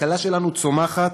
הכלכלה שלנו צומחת